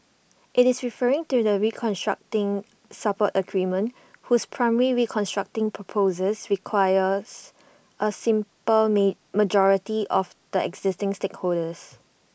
IT is referring to the restructuring support agreement whose primary restructuring proposal requires A simple majority of the existing shareholders